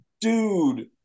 dude